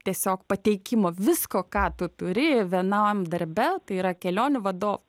tiesiog pateikimo visko ką tu turi vienam darbe tai yra kelionių vadovo